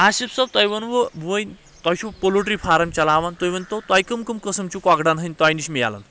آسف صٲب تۄہہِ ونوٕ وُنۍ تۄہہ چھِو پولٹری فارم چلاوان تُہۍ ؤنتو تۄہہِ کٕم کٕم قسم چھِو کۄکرن ہنٛدۍ تۄہہِ نِش مِلان